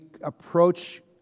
approach